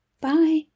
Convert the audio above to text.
Bye